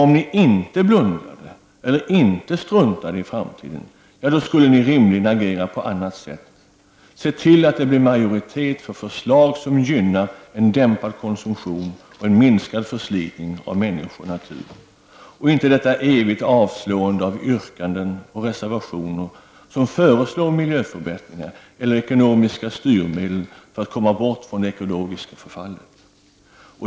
Om ni inte blundade eller inte struntade i framtiden skulle ni rimligen agera på ett annat sätt: se till att det blev majoritet för förslag som gynnar en dämpad konsumtion och minskad förslitning av människor och natur i stället för att hålla fast vid detta eviga avslående av yrkanden och reservationer där det föreslås miljöförbättringar eller ekonomiska styrmedel för att komma ifrån det ekologiska förfallet.